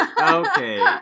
okay